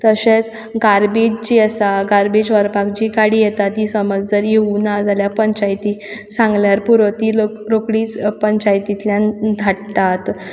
तशेंच गार्बेज जी आसा गार्बेज व्हरपाक जी गाडी येता ती समज जर येवुना जाल्यार पंचायती सांगल्यार पुरो ती रोकडीच पंचायतींतल्यान गाडी धाडटात